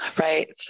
Right